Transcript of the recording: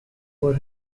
for